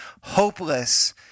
hopeless